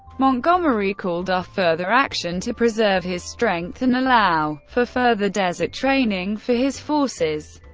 montgomery called off further action to preserve his strength and allow for further desert training for his forces.